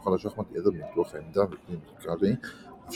תוכנת השחמט היא עזר בניתוח העמדה וכלי מחקרי